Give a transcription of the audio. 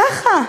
ככה,